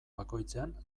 bakoitzean